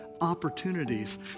opportunities